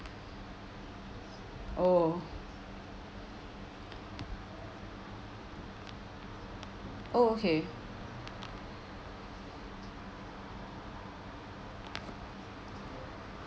oh oh okay